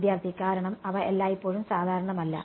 വിദ്യാർത്ഥി കാരണം അവ എല്ലായ്പ്പോഴും സാധാരണമല്ല